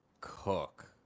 Cook